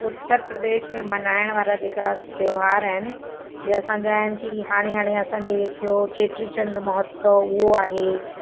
उत्तर प्रदेश में मल्हाइण वारा जेका त्योहार आहिनि जीअं असांजा आहिनि कि हाणे हाणे असांजो हे थियो चेटीचंडु महोत्सव उहो आहे